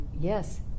yes